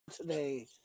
today